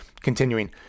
Continuing